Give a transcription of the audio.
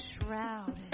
shrouded